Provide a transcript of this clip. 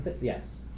yes